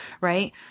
Right